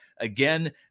Again